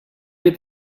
get